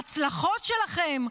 שההצלחות שלכם,